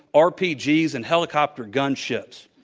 rpg's and helicopter gunships.